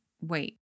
wait